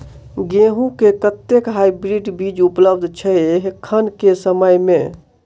गेंहूँ केँ कतेक हाइब्रिड बीज उपलब्ध छै एखन केँ समय मे?